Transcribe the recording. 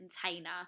container